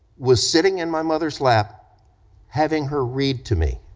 was sitting in my mother's lap having her read to me,